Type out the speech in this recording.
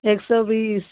एक सौ बीस